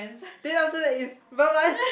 then after that is bye bye